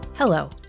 Hello